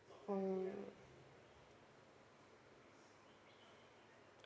um